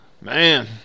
man